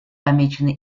помечены